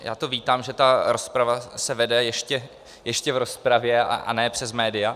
Já to vítám, že ta rozprava se vede ještě v rozpravě a ne přes média.